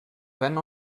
wenn